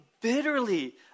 bitterly